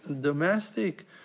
domestic